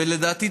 ולדעתי,